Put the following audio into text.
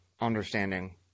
understanding